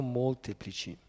molteplici